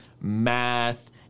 math